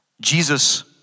Jesus